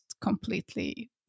completely